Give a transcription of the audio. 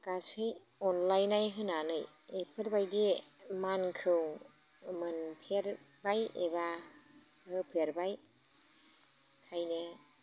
गासै अनलायनाय होनानै एफोरबायदि मानखौ मोनफेरबाय एबा होफेरबाय ओंखायनो